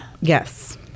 Yes